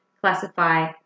classify